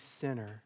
sinner